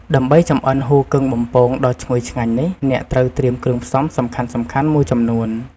ដើម្បីចម្អិនហ៊ូគឹងបំពងដ៏ឈ្ងុយឆ្ងាញ់នេះ អ្នកត្រូវត្រៀមគ្រឿងផ្សំសំខាន់ៗមួយចំនួន។